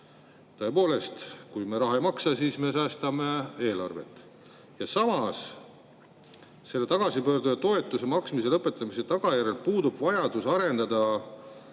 Tõepoolest, kui me raha ei maksa, siis me säästame eelarvet. Ja samas, selle tagasipöörduja toetuse maksmise lõpetamise tagajärjel puudub vajadus arendada